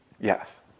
yes